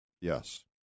Yes